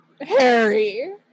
Harry